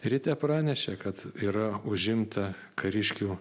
ryte pranešė kad yra užimta kariškių